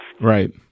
Right